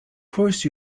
course